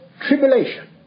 tribulation